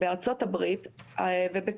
בארצות הברית ובקנדה